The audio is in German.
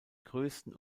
größten